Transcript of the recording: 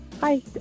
Hi